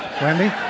Wendy